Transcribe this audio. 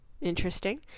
Interesting